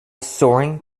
soaring